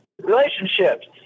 Relationships